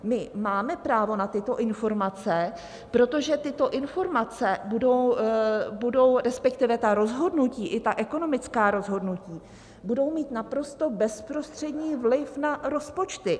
My máme právo na tyto informace, protože tyto informace, respektive ta rozhodnutí, i ta ekonomická rozhodnutí, budou mít naprosto bezprostřední vliv na rozpočty.